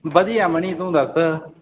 ਵਧੀਆ ਮਨੀ ਤੂੰ ਦੱਸ